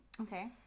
Okay